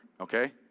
okay